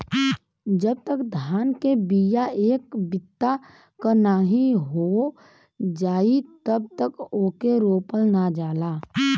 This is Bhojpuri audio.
जब तक धान के बिया एक बित्ता क नाहीं हो जाई तब तक ओके रोपल ना जाला